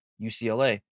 UCLA